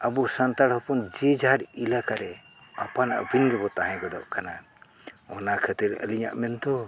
ᱟᱵᱚ ᱥᱟᱱᱛᱟᱲ ᱦᱚᱯᱚᱱ ᱡᱮ ᱡᱷᱟᱨ ᱮᱞᱟᱠᱟ ᱨᱮ ᱟᱯᱟᱱ ᱟᱹᱯᱤᱱ ᱜᱮᱵᱚ ᱛᱟᱦᱮᱸ ᱜᱚᱫᱚᱜ ᱠᱟᱱᱟ ᱚᱱᱟ ᱠᱷᱟᱹᱛᱤᱨ ᱟᱹᱞᱤᱧᱟᱜ ᱢᱮᱱᱫᱚ